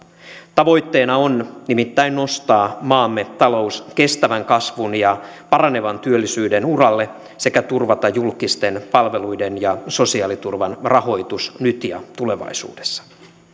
tavoitteena on nimittäin nostaa maamme talous kestävän kasvun ja paranevan työllisyyden uralle sekä turvata julkisten palveluiden ja sosiaaliturvan rahoitus nyt ja tulevaisuudessa